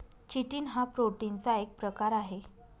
chitin हा प्रोटीनचा एक प्रकार आहे